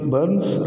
Burns